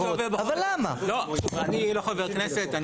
אני לא חבר כנסת,